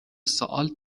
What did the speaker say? سؤال